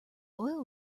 oil